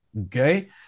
Okay